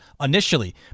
initially